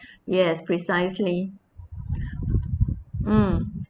yes precisely mm